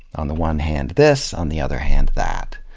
on the one hand, this, on the other hand, that.